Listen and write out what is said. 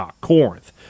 Corinth